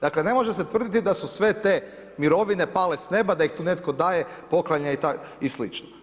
Dakle ne može se tvrditi da su sve te mirovine pale s neba, da ih tu netko daje, poklanja i slično.